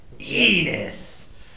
Enos